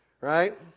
right